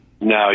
No